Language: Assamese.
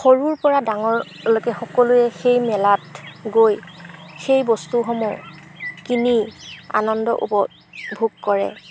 সৰুৰপৰা ডাঙৰৰলৈকে সকলোৱে সেই মেলাত গৈ সেই বস্তুসমূহ কিনি আনন্দ উপভোগ কৰে